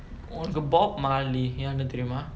உனக்கு:unakku bob marley யாருனு தெரியுமா:yaarunu theriyumaa